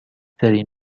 ترین